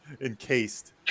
encased